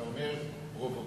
אתה אומר פרובוקציה,